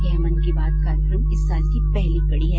यह मन की बात कार्यक्रम इस साल की पहली कड़ी है